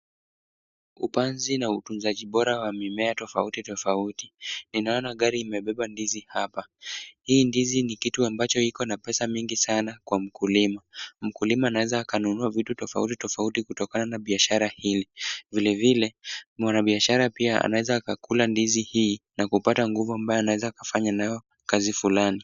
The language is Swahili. Upazi na utunzaji bora wa mimea tofauti tofauti. Ninaona gari imebeba ndizi hapa, hii ndizi ni kitu amabcho iko na pesa mingi sana kwa mkulima, mkulima anaweza akanunua vitu tofauti tofauti kutokana na biashara hii, vilevile mwanabiashara pia anaweza akakula ndizi hii na kupata nguvu ambayo anaweza akafanya nayo kazi fulani.